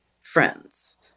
friends